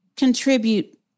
contribute